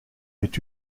est